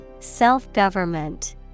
Self-government